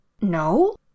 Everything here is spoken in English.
No